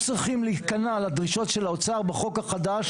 לא צריכים להיכנע לדרישות של האוצר בחוק החדש,